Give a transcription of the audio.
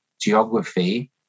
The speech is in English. geography